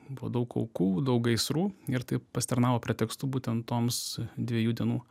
buvo daug aukų daug gaisrų ir tai pasitarnavo pretekstu būten toms dviejų dienų